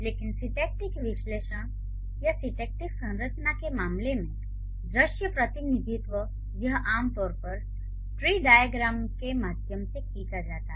लेकिन सिंटैक्टिक विश्लेषण या सिंटैक्टिक संरचना के मामले में दृश्य प्रतिनिधित्व यह आम तौर पर ट्री डाइअग्रैम के माध्यम से खींचा जाता है